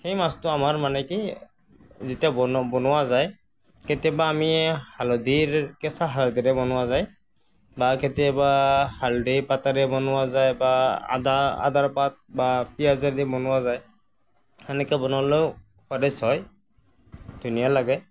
সেই মাছটো আমাৰ মানে কি যেতিয়া বনো বনোৱা যায় কেতিয়াবা আমি হালধিৰ কেঁচা হালধিৰে বনোৱা যায় বা কেতিয়াবা হালধিৰ পাতেৰে বনোৱা যায় বা আদা আদাৰ পাত বা পিঁয়াজে দি বনোৱা যায় তেনেকৈ বনালেও হয় ধুনীয়া লাগে